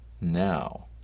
now